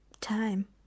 Time